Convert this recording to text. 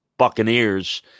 Buccaneers